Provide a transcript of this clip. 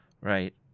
right